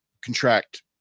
contract